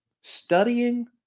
Studying